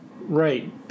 Right